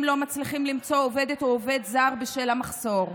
לא מצליחים למצוא עובדת או עובד זר בשל המחסור,